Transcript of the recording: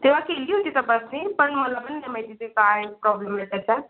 तेव्हा केली होती तपासणी पण मला पण नाही माहिती ते काय प्रॉब्लेम आहे त्याचा